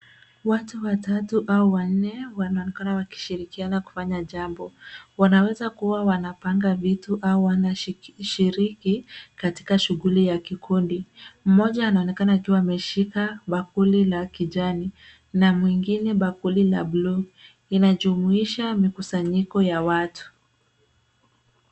Watu watatu au wanne wanaonekana wakishirikiana kufanya jambo. Wanaweza kuwa wanapanga vitu au wanashiriki katika shuguli ya kikundi. Mmoja anaonekana akiwa ammeshika bakuli la kijani na mwingine bakuli la buluu, inajumuisha mikusanyiko ya watu.